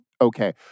okay